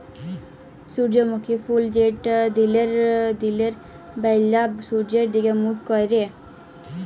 সূর্যমুখী ফুল যেট দিলের ব্যালা সূর্যের দিগে মুখ ক্যরে